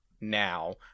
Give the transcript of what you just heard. now